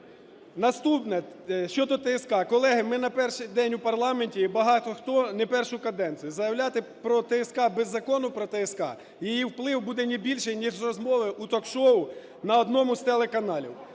Наступне: щодо ТСК. Колеги, ми не перший день у парламенті і багато хто не першу каденцію. Заявляти про ТСК без закону про ТСК - її вплив буде не більше ніж розмови у ток-шоу на одному з телеканалів.